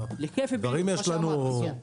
כמה דברים יש לנו.